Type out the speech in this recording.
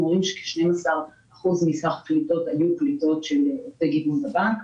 רואים שכ-12% מסך הקליטות היו קליטות של היבטי גיוון בבנק.